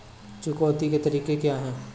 चुकौती के तरीके क्या हैं?